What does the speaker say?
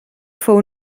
fou